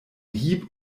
hieb